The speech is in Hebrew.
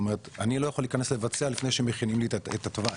אני לא יכול להיכנס לבצע לפני שמכינים לי את התוואי.